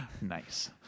Nice